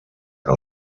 que